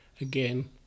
again